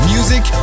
Music